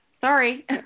Sorry